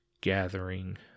gathering